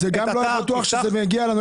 זה גם לא היה בטוח שזה היה מגיע אלינו.